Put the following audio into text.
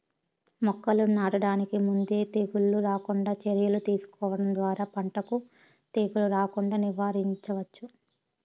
మొక్కలను నాటడానికి ముందే తెగుళ్ళు రాకుండా చర్యలు తీసుకోవడం ద్వారా పంటకు తెగులు రాకుండా నివారించవచ్చు